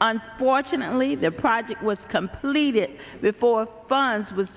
and fortunately the project was completed before funds was